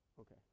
Okay